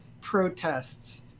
protests